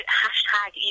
hashtag